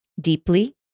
deeply